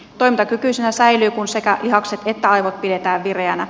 toimintakykyisenä säilyy kun sekä lihakset että aivot pidetään vireinä